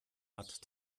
hat